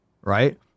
right